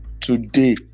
today